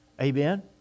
Amen